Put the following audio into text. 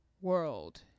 world